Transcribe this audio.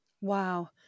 wow